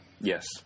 Yes